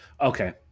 okay